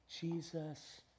Jesus